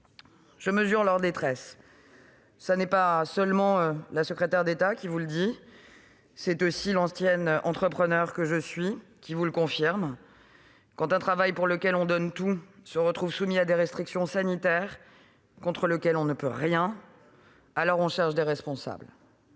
Je mesure leur détresse. Ce n'est pas seulement la secrétaire d'État qui vous le dit ; c'est aussi l'ancienne entrepreneure que je suis qui vous le confirme : quand un travail pour lequel on donne tout se retrouve soumis à des restrictions sanitaires contre lesquelles on ne peut rien, alors on cherche des responsables.